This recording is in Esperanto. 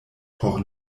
por